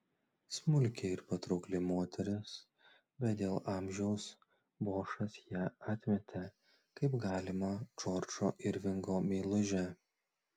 smulki ir patraukli moteris bet dėl amžiaus bošas ją atmetė kaip galimą džordžo irvingo meilužę